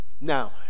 now